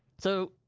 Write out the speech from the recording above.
so